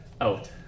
Out